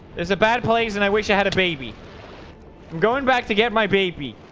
there's a bad place and i wish i had a baby i'm going back to get my baby